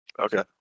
Okay